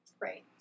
Right